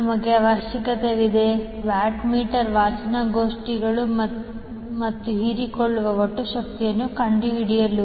ನಮಗೆ ಅವಶ್ಯಕವಿದೆ watt meter ವಾಚನಗೋಷ್ಠಿಗಳು ಮತ್ತು ಹೀರಿಕೊಳ್ಳುವ ಒಟ್ಟು ಶಕ್ತಿಯನ್ನು ಕಂಡುಹಿಡಿಯಲು